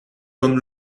comme